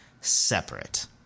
separate